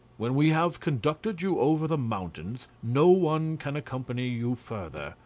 when we have conducted you over the mountains no one can accompany you further,